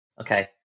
okay